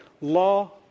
law